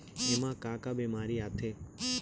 एमा का का बेमारी आथे?